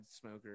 smoker